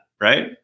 Right